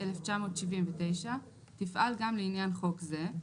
התשל"ט-1979 תפעל גם לעניין חוק זה,